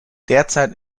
derzeit